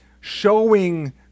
showing